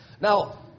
Now